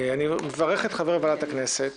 אני מברך את חברי ועדת הכנסת